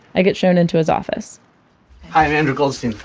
i get shown into his office hi i'm andrew goldstein,